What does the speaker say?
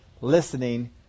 listening